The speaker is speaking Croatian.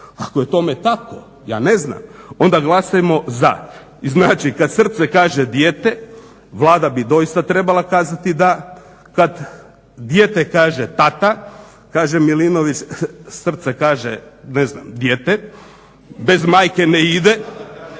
Ako je tome tako ja ne znam, onda glasajmo za. Znači kada srce kaže dijete vlada bi doista trebala kazati da, kad dijete kaže tata kaže Milinović srce kaže ne znam dijete bez majke ne ide